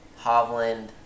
Hovland